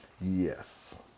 Yes